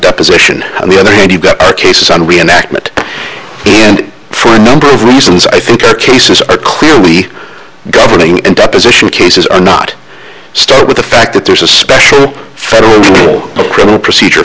top position and the other hand you've got a case on re enactment and for a number of reasons i think cases are clearly governing and opposition cases are not started with the fact that there's a special federal rule of criminal procedure